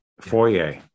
foyer